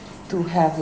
to have your